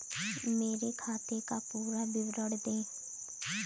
मेरे खाते का पुरा विवरण दे?